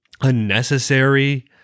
unnecessary